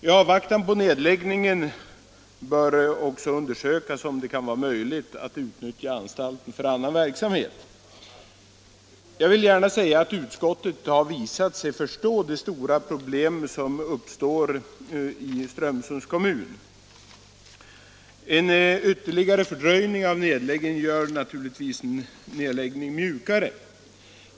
I avvaktan på nedläggningen bör det också undersökas om det kan vara möjligt att utnyttja anstalten för annan verksamhet. Jag vill gärna säga att utskottet har visat sig förstå de stora problem som uppstår i Strömsunds kommun. En ytterligare fördröjning gör na " turligtvis nedläggningen mjukare.